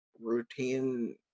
routine